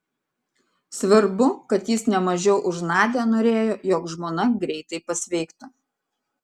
svarbu kad jis ne mažiau už nadią norėjo jog žmona greitai pasveiktų